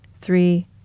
three